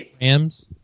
Rams